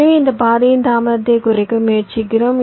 எனவே இந்த பாதையின் தாமதத்தை குறைக்க முயற்சிக்கிறோம்